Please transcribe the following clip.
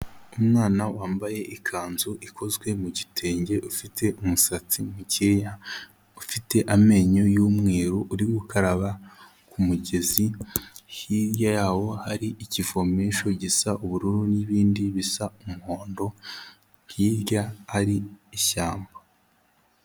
Umwana wambaye ikanzu ikozwe mu gitenge ufite umusatsi mukeya, ufite amenyo y'umweru uri gukaraba ku mugezi, hirya yawo hari ikivomesho gisa ubururu n'ibindi bisa umuhondo, hirya ari ishyamba.